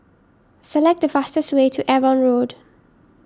select the fastest way to Avon Road